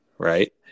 right